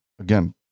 again